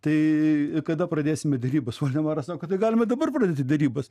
tai kada pradėsime derybas voldemaras sako tai galim ir dabar pradėti derybas